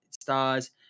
stars